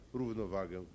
równowagę